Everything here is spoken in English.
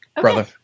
brother